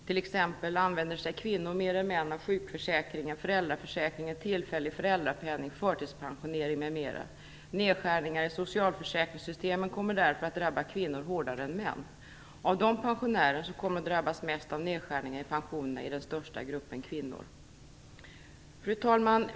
T.ex. använder sig kvinnor mer än män av sjukförsäkringen, föräldraförsäkringen, tillfällig föräldrapenning, förtidspensionering, m.m. Nedskärningar i socialförsäkringssystemen kommer därför att drabba kvinnor hårdare än män. Av de pensionärer som kommer att drabbas mest av nedskärningarna i pensionerna är den största gruppen kvinnor. Fru talman!